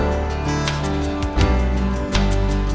and